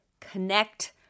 connect